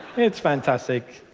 it's fantastic.